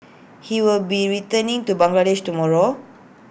he will be returning to Bangladesh tomorrow